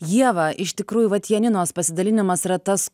ieva iš tikrųjų vat janinos pasidalinimas yra tas